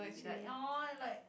like orh like